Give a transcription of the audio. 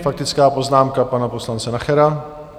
Faktická poznámka pana poslance Nachera.